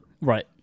right